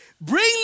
Bring